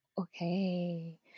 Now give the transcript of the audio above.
Okay